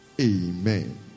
amen